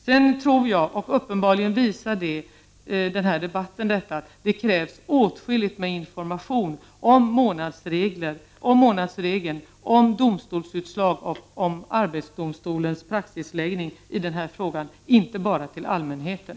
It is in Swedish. Vidare tror jag — uppenbarligen visar denna debatt detta — att det krävs åtskilligt med information om månadsregeln, om domstolsutslag, om arbetsdomstolens praxisläggning i den här frågan, inte bara till allmänheten.